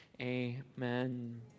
amen